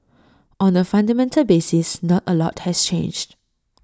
on A fundamental basis not A lot has changed